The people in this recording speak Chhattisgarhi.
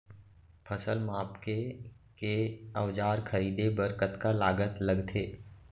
फसल मापके के औज़ार खरीदे बर कतका लागत लगथे?